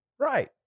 Right